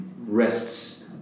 rests